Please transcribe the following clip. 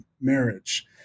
marriage